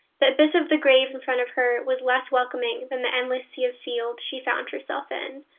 the abyss of the grave in front of her was less welcoming than the endless sea of field she found herself in,